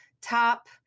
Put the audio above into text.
top